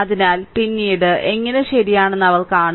അതിനാൽ പിന്നീട് എങ്ങനെ ശരിയാണെന്ന് അവർ കാണും